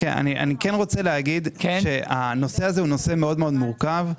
אני רוצה לומר הנושא הזה מאוד-מאוד מורכב.